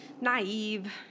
naive